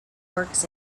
works